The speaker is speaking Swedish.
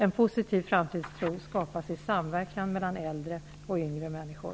En positiv framtidstro skapas i samverkan mellan äldre och yngre människor.